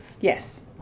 Yes